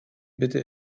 bitte